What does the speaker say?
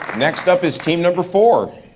next up is team number four.